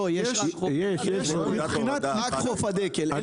לא, רק חוף הדקל.